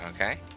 Okay